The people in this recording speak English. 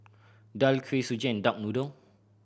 daal Kuih Suji and duck noodle